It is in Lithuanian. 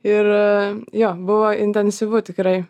ir jo buvo intensyvu tikrai